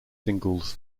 singles